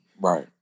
Right